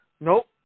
nope